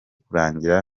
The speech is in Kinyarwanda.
kurangira